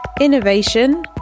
innovation